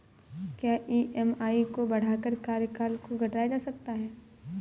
क्या ई.एम.आई को बढ़ाकर कार्यकाल को घटाया जा सकता है?